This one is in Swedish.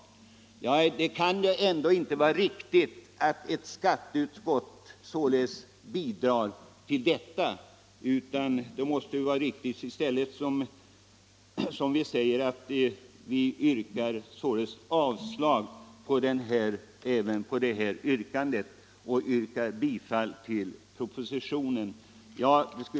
Det kan inte vara riktigt att skatteutskottet bidrar till sådana saker. Vi avstyrker därför detta yrkande och tillstyrker propositionens förslag.